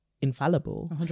infallible